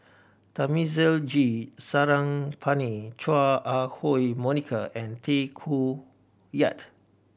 Thamizhavel G Sarangapani Chua Ah Huwa Monica and Tay Koh Yat